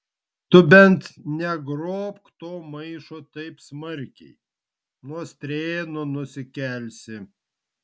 tu bent negrobk to maišo taip smarkiai nuo strėnų nusikelsi